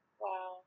Wow